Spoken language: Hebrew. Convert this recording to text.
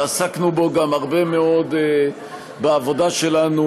שעסקנו בו גם הרבה מאוד בעבודה שלנו